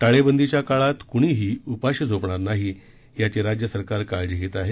टाळेबंदीच्या काळात कुणीही उपाशी झोपणार नाही याची राज्य सरकार काळजी घेत आहे